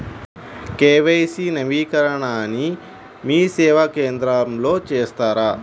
KYC నవీకరణని మీసేవా కేంద్రం లో చేస్తారా?